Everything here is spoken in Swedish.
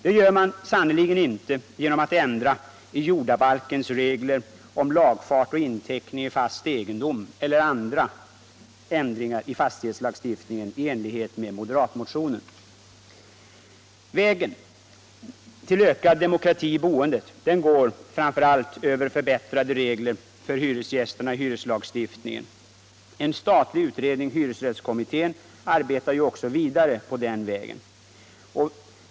Det gör man sannerligen inte genom att ändra jordabalkens regler om lagfart och inteckning i fast egendom eller genom andra ändringar i fastighetslagstiftningen i enlighet med moderatmotionen. Vägen till ökad demokrati i boendet går framför allt över förbättrade regler i hyreslagstiftningen för hyresgästerna. En statlig utredning — hyresrättskommittén — arbetar också vidare på den vägen.